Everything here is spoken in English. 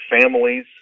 families